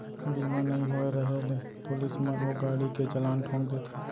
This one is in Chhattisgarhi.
बीमा नइ होय रहें ले पुलिस मन ओ गाड़ी के चलान ठोंक देथे